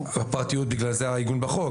בגלל זה העיגון בחוק.